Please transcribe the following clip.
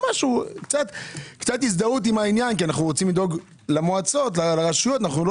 קצת להזדהות עם העניין כי אנו רוצים לדאוג למועצות דואגים